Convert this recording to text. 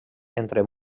entre